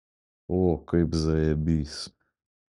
o kaip zajabys